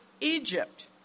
Egypt